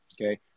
Okay